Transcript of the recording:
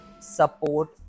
support